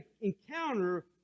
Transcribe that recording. encounter